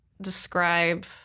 describe